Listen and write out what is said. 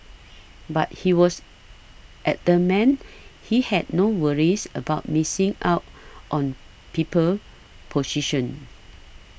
but he was adamant he had no worries about missing out on people position